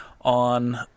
on